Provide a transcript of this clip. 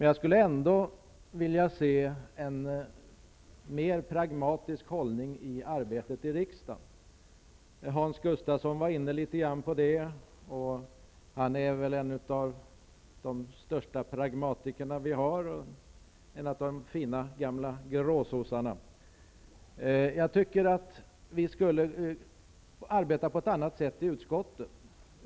Jag skulle ändå vilja se en mer pragmatisk hållning i arbetet i riksdagen. Hans Gustafsson var något inne på det. Hans Gustafsson är väl en av de största pragmatiker som vi har, en av de fina gamla gråsossarna. Jag tycker att vi skall arbeta på ett annat sätt i utskotten.